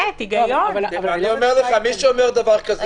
מי שאומר דבר כזה,